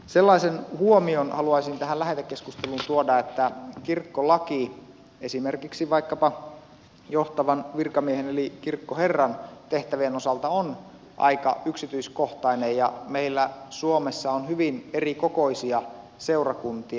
sellaisen huomion haluaisin tähän lähetekeskusteluun tuoda että kirkkolaki esimerkiksi vaikkapa johtavan virkamiehen eli kirkkoherran tehtävien osalta on aika yksityiskohtainen ja meillä suomessa on hyvin erikokoisia seurakuntia